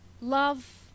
Love